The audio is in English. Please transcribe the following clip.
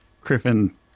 Griffin